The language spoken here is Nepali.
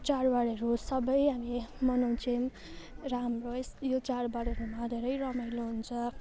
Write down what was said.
चाडबाडहरू सबै हामी मनाउँछौँ र हाम्रो यस यो चाडबाडहरूमा धेरै रमाइलो हुन्छ